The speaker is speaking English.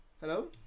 Hello